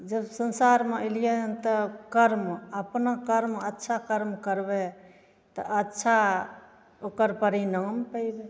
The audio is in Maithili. जब संसारमे अइलियै हन तब कर्म अपना कर्म अच्छा कर्म करबै तऽ अच्छा ओकर परिणाम पयबै